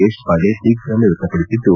ದೇಶಪಾಂಡೆ ದಿಗ್ದಮೆ ವ್ಯಕ್ತಪಡಿಸಿದ್ದು